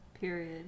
Period